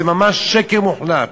זה ממש שקר מוחלט.